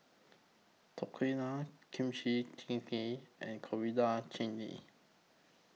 Tortillas Kimchi Jjigae and Coriander Chutney